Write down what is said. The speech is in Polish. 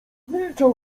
milczał